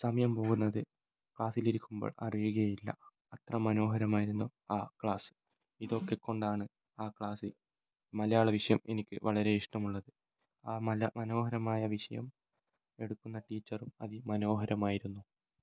സമയം പോകുന്നത് ക്ലാസ്സിൽ ഇരിക്കുമ്പോൾ അറിയുകയേ ഇല്ല അത്ര മനോഹരമായിരുന്നു ആ ക്ലാസ് ഇതൊക്കെ കൊണ്ടാണ് ആ ക്ലാസ് മലയാളവിഷയം എനിക്ക് വളരെ ഇഷ്ടമുള്ളത് ആ മനോഹരമായ വിഷയം എടുക്കുന്ന ടീച്ചറും അതിമനോഹരമായിരുന്നു